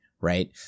Right